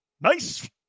Nice